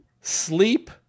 Sleep